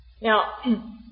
Now